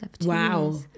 Wow